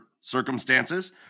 circumstances